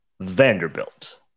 Vanderbilt